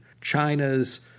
China's